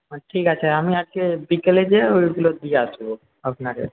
ঠিক আছে আমি আজকে বিকালে যেয়ে ওইগুলো দিয়ে আসব আপনাকে